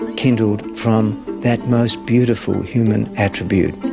kindled from that most beautiful human attribute, but